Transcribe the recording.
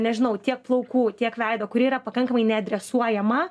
nežinau tiek plaukų tiek veido kuri yra pakankamai neadresuojama